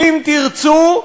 "אם תרצו",